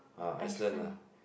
ah Iceland ah